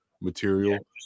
material